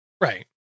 Right